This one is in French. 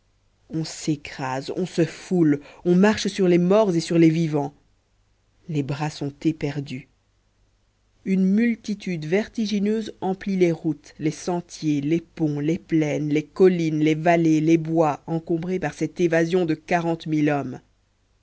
on s'écrase on se foule on marche sur les morts et sur les vivants les bras sont éperdus une multitude vertigineuse emplit les routes les sentiers les ponts les plaines les collines les vallées les bois encombrés par cette évasion de quarante mille hommes